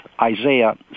isaiah